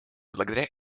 благодаря